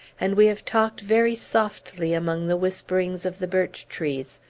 and we have talked very softly among the whisperings of the birch-trees.